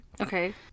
Okay